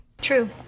True